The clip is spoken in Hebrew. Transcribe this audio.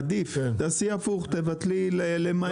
עדיף, תעשי הפוך, תבטלי את "למעט".